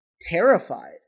terrified